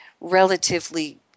relatively